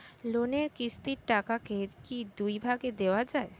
লোনের কিস্তির টাকাকে কি দুই ভাগে দেওয়া যায়?